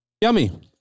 Yummy